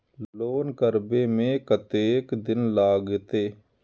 Loan करबे में कतेक दिन लागते?